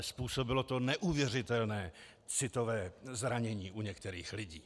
Způsobilo to neuvěřitelné citové zranění u některých lidí.